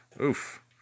Oof